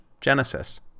Genesis